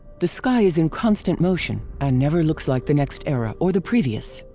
the sky is in constant motion and never looks like the next era or the previous.